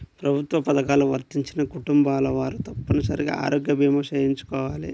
ప్రభుత్వ పథకాలు వర్తించని కుటుంబాల వారు తప్పనిసరిగా ఆరోగ్య భీమా చేయించుకోవాలి